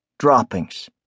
droppings